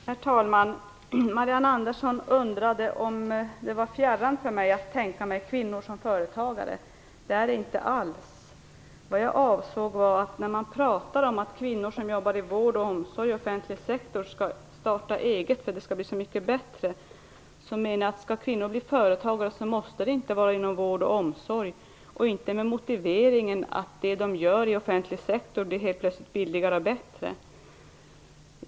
Herr talman! Marianne Andersson undrade om det var fjärran för mig att tänka mig kvinnor som företagare. Det är det inte alls. Vad jag avsåg var detta att man talar om att kvinnor som jobbar i vård och omsorg och inom offentlig sektor skall starta eget för det skall bli så mycket bättre. När kvinnor blir företagare måste det inte vara inom vård och omsorg och inte med motiveringen att det de gör inom offentlig sektor därmed helt plötsligt blir billigare och bättre.